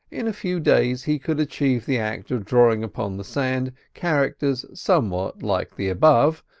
in a few days he could achieve the act of drawing upon the sand characters somewhat like the above,